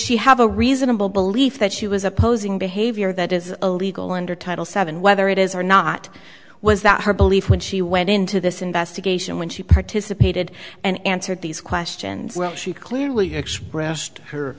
she have a reasonable belief that she was opposing behavior that is illegal under title seven whether it is or not was that her belief when she went into this investigation when she participated and answered these questions she clearly expressed her